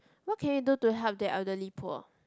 what can you do to help the elderly poor